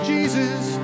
Jesus